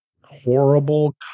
horrible